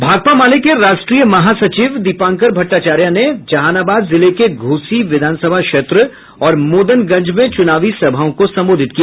भाकपा माले के राष्ट्रीय महासचिव दीपंकर भट्टाचार्य ने जहानाबाद जिले के घोषी विधानसभा क्षेत्र और मोदनगंज में चुनावी सभाओं को संबोधित किया